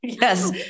Yes